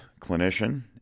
clinician